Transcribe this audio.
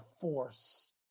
force